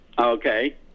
okay